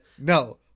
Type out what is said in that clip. No